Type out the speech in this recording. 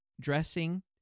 dressing